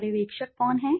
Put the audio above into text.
पर्यवेक्षक कौन है